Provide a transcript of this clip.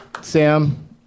Sam